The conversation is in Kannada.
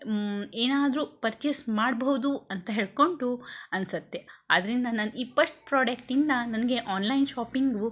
ಏನಾದ್ರೂ ಪರ್ಚೇಸ್ ಮಾಡಬಹ್ದು ಅಂತ ಹೇಳಿಕೊಂಡು ಅನ್ಸುತ್ತೆ ಆದ್ದರಿಂದ ನನ್ನ ಈ ಪಸ್ಟ್ ಪ್ರಾಡಕ್ಟಿಂದ ನನಗೆ ಆನ್ಲೈನ್ ಶಾಪಿಂಗು